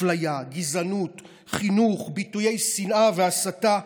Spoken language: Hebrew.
אפליה, גזענות, חינוך, ביטויי שנאה והסתה.